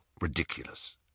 ridiculous